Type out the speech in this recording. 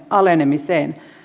alenemiseen